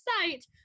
site